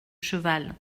cheval